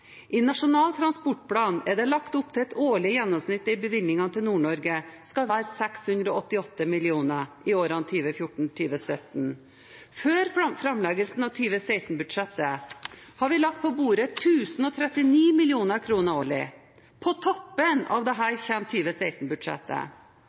I Nasjonal transportplan er det lagt opp til et årlig gjennomsnitt i bevilgningen til Nord-Norge på 688 mill. kr i årene 2014–2017. Før framleggelsen av 2016-budsjettet har vi lagt på bordet 1 039 mill. kr årlig. På toppen av dette kommer 2016-budsjettet. Det